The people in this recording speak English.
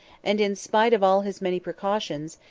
and in spite of all his many precautions,